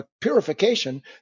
purification